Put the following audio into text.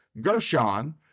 Gershon